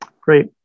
Great